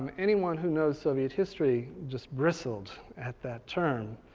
um anyone who knows soviet history, just bristled at that term.